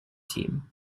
team